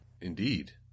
indeed